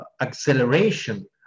acceleration